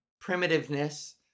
primitiveness